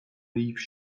lief